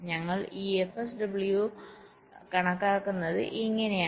ഞങ്ങൾ ഇപ്പോൾ fSW കണക്കാക്കുന്നത് ഇങ്ങനെയാണ്